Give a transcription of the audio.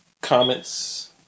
comments